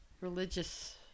religious